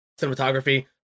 cinematography